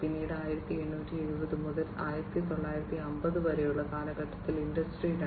പിന്നീട് 1870 മുതൽ 1950 വരെയുള്ള കാലഘട്ടത്തിൽ ഇൻഡസ്ട്രി 2